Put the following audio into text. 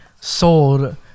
sold